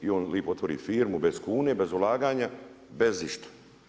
I on lijepo otvori firmu bez kune, bez ulaganja, bez išta.